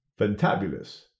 Fantabulous